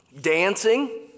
dancing